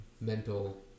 mental